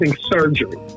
surgery